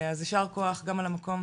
אז יישר כוח גם על המקום,